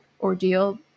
ordeal